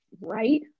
right